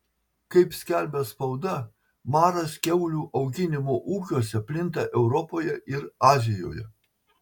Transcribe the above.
kaip skelbia spauda maras kiaulių auginimo ūkiuose plinta europoje ir azijoje